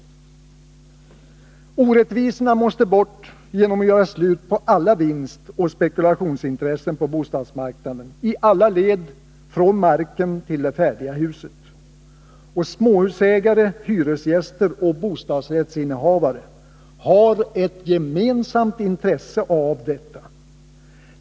Nej, orättvisorna måste bort genom att man gör slut på alla vinstoch spekulationsintressen på bostadsmarknaden — i alla led från marken till det färdiga huset. Småhusägare, hyresgäster och bostadsrättsinnehavare har ett gemensamt intresse av detta.